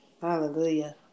Hallelujah